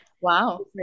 wow